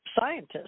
scientists